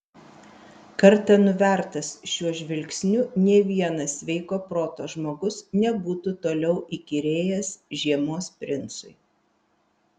kartą nuvertas šiuo žvilgsniu nė vienas sveiko proto žmogus nebūtų toliau įkyrėjęs žiemos princui